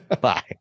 Bye